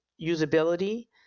usability